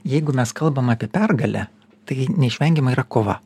jeigu mes kalbam apie pergalę tai neišvengiama yra kova